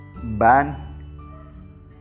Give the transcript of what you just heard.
ban